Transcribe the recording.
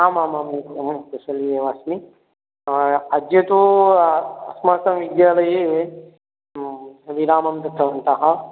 आम् आम् आम् अहं तु कुशली एव अस्मि अद्य तु अस्माकं विद्यालये विरामं दत्तवन्तः